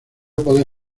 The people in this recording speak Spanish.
puede